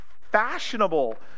fashionable